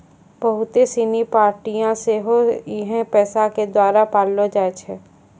बहुते सिनी पार्टियां सेहो इहे पैसा के द्वारा पाललो जाय छै